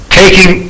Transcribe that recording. taking